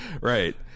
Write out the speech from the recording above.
Right